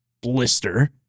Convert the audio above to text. blister